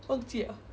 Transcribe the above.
忘记 liao